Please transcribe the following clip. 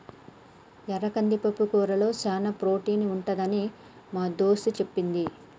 ఎర్ర కంది పప్పుకూరలో చానా ప్రోటీన్ ఉంటదని మా దోస్తు చెప్పింది